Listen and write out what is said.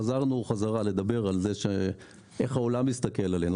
חזרנו חזרה לדבר על איך העולם מסתכל עלינו.